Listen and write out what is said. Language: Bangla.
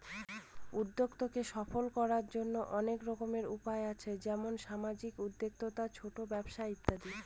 উদ্যক্তাকে সফল করার জন্য অনেক রকম উপায় আছে যেমন সামাজিক উদ্যোক্তা, ছোট ব্যবসা ইত্যাদি